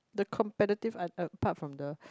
the competitive are a part from the